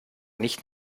nicht